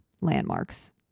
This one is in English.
landmarks